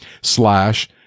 slash